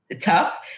tough